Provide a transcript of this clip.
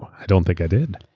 i don't think i did.